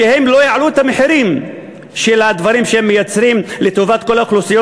שהם לא יעלו את המחירים של הדברים שהם מייצרים לטובת כל האוכלוסיות,